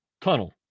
tunnel